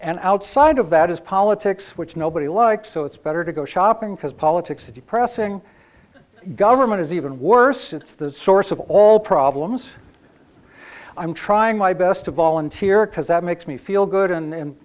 and outside of that is politics which nobody likes so it's better to go shopping because politics is depressing government is even worse it's the source of all problems i'm trying my best to volunteer because that makes me feel good and